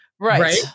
Right